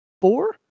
Four